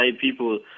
people